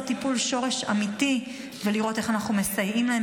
טיפול שורש אמיתי ולראות איך אנחנו מסייעים להם.